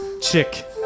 Chick